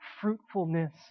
fruitfulness